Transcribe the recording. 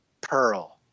Pearl